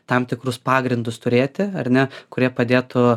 tam tikrus pagrindus turėti ar ne kurie padėtų